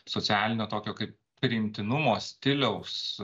socialinio tokio kaip priimtinumo stiliaus